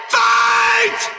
fight